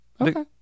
okay